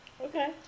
Okay